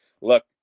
look